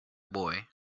boy